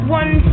one